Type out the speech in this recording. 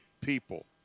people